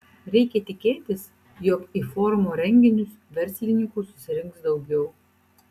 reikia tikėtis jog į forumo renginius verslininkų susirinks daugiau